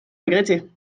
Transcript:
regretté